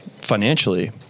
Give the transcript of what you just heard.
financially